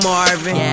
Marvin